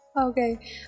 Okay